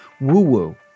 woo-woo